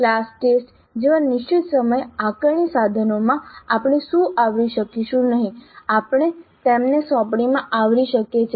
class test જેવા નિશ્ચિત સમય આકારણી સાધનોમાં આપણે શું આવરી શકીશું નહીં આપણે તેમને સોંપણીમાં આવરી શકીએ છીએ